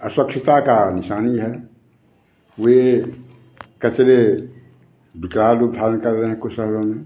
अस्वच्छता का निशानी है वे कचरे विकराल रूप धारण कर रहे हैं कुछ शहरों में